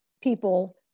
people